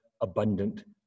abundant